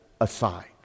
aside